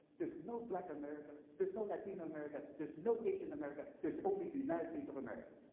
there's no black america. there's no latino america, there's no asian america. there's only the united states of america.